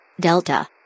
Delta